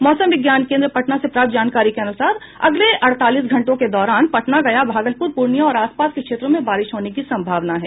मौसम विज्ञान केन्द्र पटना से प्राप्त जानकारी के अनुसार अगले अड़तालीस घंटे के दौरान पटना गया भागलपुर पूर्णियां और आसपास के क्षेत्रों में बारिश होने की संभावना है